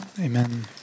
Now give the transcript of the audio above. amen